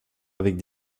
avec